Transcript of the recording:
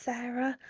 Sarah